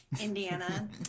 Indiana